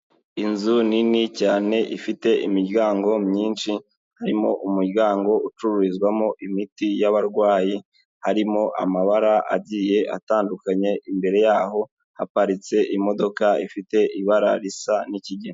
Inzu nini cyane ifite imiryango myinshi harimo umuryango ucururizwamo imiti y'abarwayi harimo amabara agiye atandukanye, imbere yaho haparitse imodoka ifite ibara risa n'ikigiga.